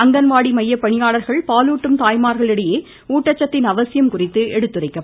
அங்கன்வாடி மைய பணியாளர்கள் பாலூட்டும் தாய்மார்கள் இடையே ஊட்டச்சத்தின் அவசியம் குறித்து எடுத்துரைக்கப்பட்டது